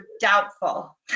doubtful